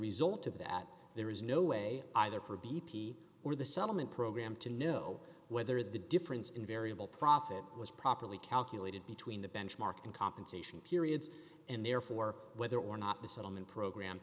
result of that there is no way either for b p or the settlement program to know whether the difference in variable profit was properly calculated between the benchmark and compensation periods and therefore whether or not the settlement program